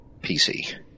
PC